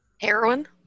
heroin